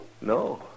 No